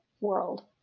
world